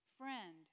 Friend